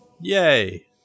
Yay